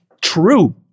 true